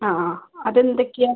അ അ അത് എന്തൊക്കെയാണ്